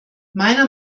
meiner